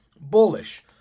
bullish